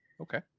okay